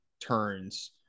turns